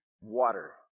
water